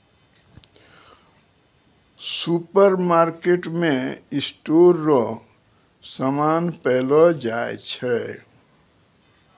सुपरमार्केटमे स्टोर रो समान पैलो जाय छै